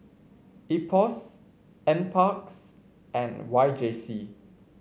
IPOS NParks and Y J C